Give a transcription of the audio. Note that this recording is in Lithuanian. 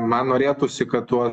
man norėtųsi kad tos